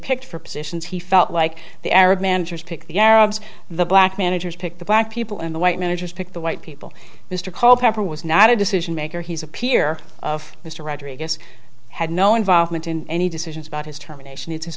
picked for positions he felt like the arab managers picked the arabs the black managers picked the black people in the white managers picked the white people mr culpepper was not a decision maker he's a peer of mr rodriguez had no involvement in any decisions about his terminations it's his